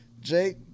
Jake